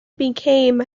became